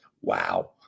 Wow